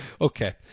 Okay